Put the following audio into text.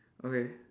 okay